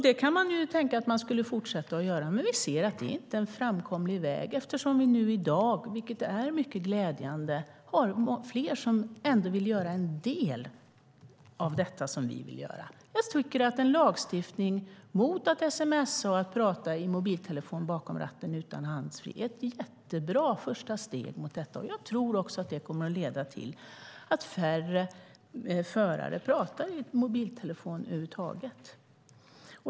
Det kan man tycka att man ska fortsätta att göra, men vi anser inte att det är en framkomlig väg eftersom vi i dag - vilket är mycket glädjande - har fler som trots allt vill göra en del av det som vi vill göra. Jag tycker att en lagstiftning mot att sms:a och tala i mobiltelefon bakom ratten utan handsfree är ett jättebra första steg. Jag tror att det kommer att leda till att färre förare talar i mobiltelefon över huvud taget.